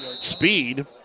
speed